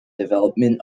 development